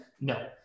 No